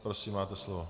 Prosím, máte slovo.